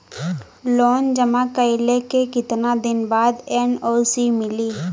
Loan जमा कइले के कितना दिन बाद एन.ओ.सी मिली?